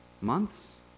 Months